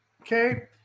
okay